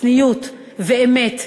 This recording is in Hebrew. צניעות ואמת,